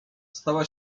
stała